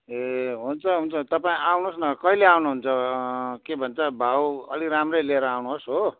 ए हुन्छ हुन्छ तपाईँ आउनुहोस् न कहिले आउनु हुन्छ के भन्छ भाउ अलि राम्रै लिएर आउनुस् हो